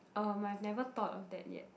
uh I've never thought of that yet